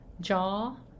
jaw